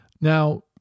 Now